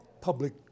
public